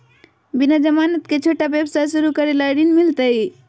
बिना जमानत के, छोटा व्यवसाय शुरू करे ला ऋण मिलतई?